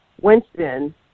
Winston